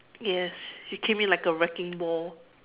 yes she came in like a wrecking ball